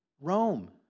Rome